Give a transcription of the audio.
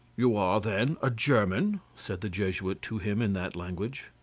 you are, then, a german? said the jesuit to him in that language.